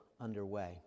underway